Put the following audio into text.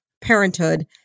parenthood